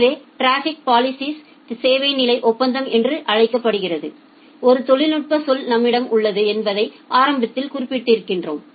எனவேடிராஃபிக் பாலிஸிங்கிற்காக சேவை நிலை ஒப்பந்தம் என்று அழைக்கப்படும் ஒரு தொழில்நுட்ப சொல் நம்மிடம் உள்ளது என்பதை ஆரம்பத்தில் குறிப்பிடுகிறோம்